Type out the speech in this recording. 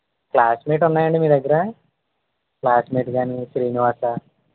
classmate ఉన్నాయండి మీ దగ్గర క్లాస్మేట్ కాని శ్రీనివాస